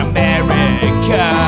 America